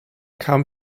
kam